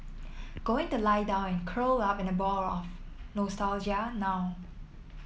going the lie down and curl up in a ball of nostalgia now